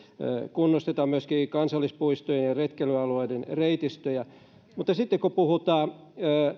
kunnostetaan myöskin kansallispuistoja ja retkeilyalueiden reitistöjä mutta sitten kun puhutaan